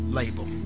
label